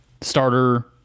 starter